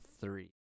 three